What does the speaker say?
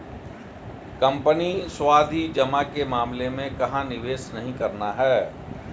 Company सावधि जमा के मामले में कहाँ निवेश नहीं करना है?